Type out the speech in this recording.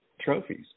trophies